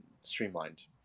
streamlined